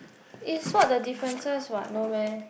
is spot the differences what no meh